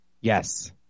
Yes